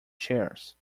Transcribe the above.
shares